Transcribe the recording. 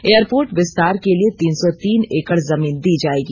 airport विस्तार के लिए तीन सौ तीन एकड़ जमीन दी जायेगी